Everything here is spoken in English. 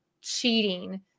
cheating